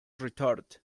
retort